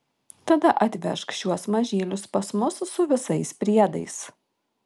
tada atvežk šiuos mažylius pas mus su visais priedais